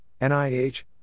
NIH